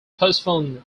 postponed